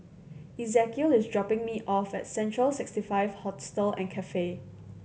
Ezekiel is dropping me off at Central Sixty Five Hostel and Cafe